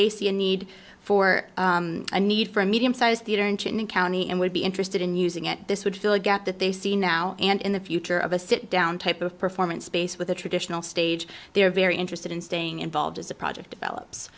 they see a need for a need for a medium sized theater engine county and would be interested in using it this would fill a gap that they see now and in the future of a sit down type of performance space with a traditional stage they're very interested in staying involved as a project develops